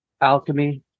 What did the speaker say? Alchemy